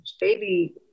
baby